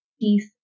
peace